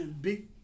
big